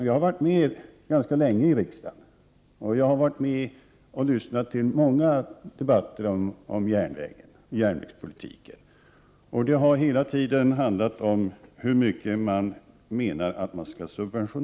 Jag har varit med ganska länge i riksdagen och lyssnat till många debatter om järnvägen och järnvägspolitiken. Det har hela tiden handlat om hur stora subventioner man menar skall betalas ut.